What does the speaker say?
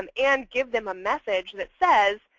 um and give them a message that says,